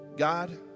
God